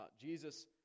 Jesus